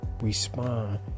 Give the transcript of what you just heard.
respond